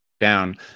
down